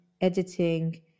editing